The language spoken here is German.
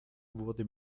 wurde